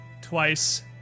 twice